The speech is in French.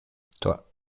toi